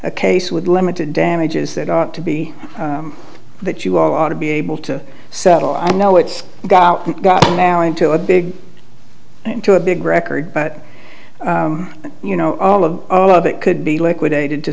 a case with limited damages that ought to be that you ought to be able to settle i know it's got now into a big into a big record but you know all of all of it could be liquidated to